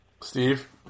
Steve